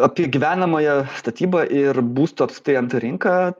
apie gyvenamąją statybą ir būsto apskritai nt rinką